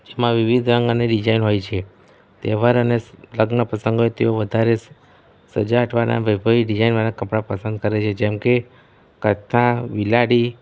જેમાં વિવિધ રંગ અને ડિઝાઇન હોય છે તહેવાર અને લગ્ન પ્રસંગોએ તેઓ વધારે સજાવટવાળા વૈભવી ડિઝાઇનવાળા કપડાં પસંદ કરે છે જેમકે કત્તા વિલાડી